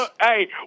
Hey